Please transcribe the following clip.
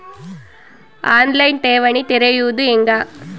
On line ಠೇವಣಿ ತೆರೆಯೋದು ಹೆಂಗ?